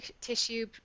tissue